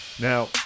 Now